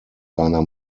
seiner